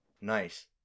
Nice